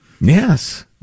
Yes